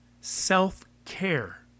self-care